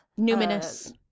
Numinous